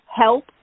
help